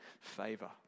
favor